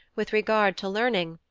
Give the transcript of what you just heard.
with regard to learning,